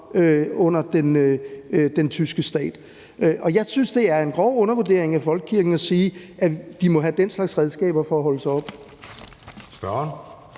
under den tyske stat. Og jeg synes, det er en grov undervurdering af folkekirken at sige, at de må have den slags redskaber for at holdes oppe.